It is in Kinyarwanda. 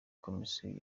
komisiyo